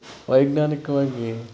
ವೈಜ್ಞಾನಿಕವಾಗಿ